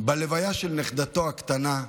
בלוויה של נכדתו הקטנה,